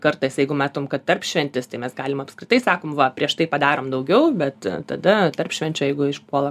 kartais jeigu matom kad tarpšventis tai mes galim apskritai sakom va prieš tai padarom daugiau bet tada tarpšvenčio jeigu išpuola